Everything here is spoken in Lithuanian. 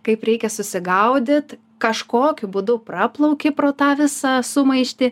kaip reikia susigaudyt kažkokiu būdu praplauki pro tą visą sumaištį